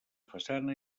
façana